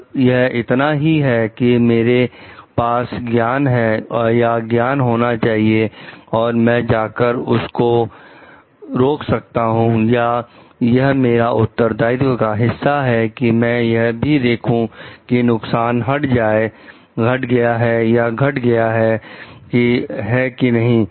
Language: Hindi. क्या यह इतना ही है कि मेरे पास ज्ञान है या ज्ञान होना चाहिए और मैं जाकर उसको रोक सकता हूं या यह मेरे उत्तरदायित्व का हिस्सा है कि मैं यह भी देखूं कि नुकसान हट गया है या घट गया है कि नहीं